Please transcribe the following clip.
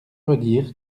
redire